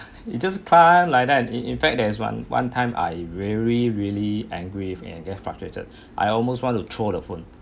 he just cry like that and in in fact there's one one time I really very angry and very frustrated I almost want to throw the phone